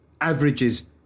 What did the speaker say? averages